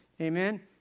amen